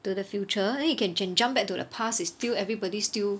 to the future then he can ju~ jump back to the past it's still everybody still